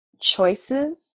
choices